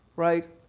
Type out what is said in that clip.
right,